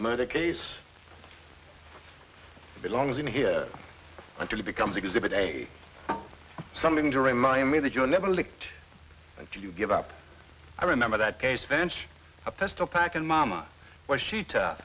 murder case belongs in here until it becomes exhibit a something to remind me that you were never licked and you give up i remember that case bench a pistol packin mama was she